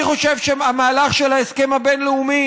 אני חושב שהמהלך של ההסכם הבין-לאומי